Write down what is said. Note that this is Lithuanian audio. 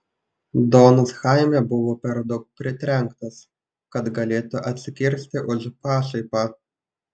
donas chaime buvo per daug pritrenktas kad galėtų atsikirsti už pašaipą